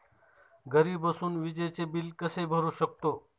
घरी बसून विजेचे बिल कसे भरू शकतो?